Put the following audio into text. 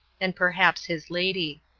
and perhaps his lady.